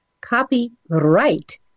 copyright